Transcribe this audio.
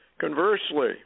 Conversely